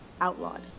outlawed